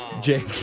Jake